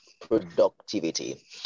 productivity